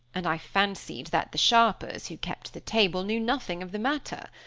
and i fancied that the sharpers, who kept the table, knew nothing of the matter.